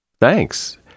thanks